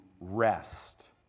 rest